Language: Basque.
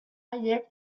haiek